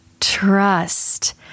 trust